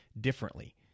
differently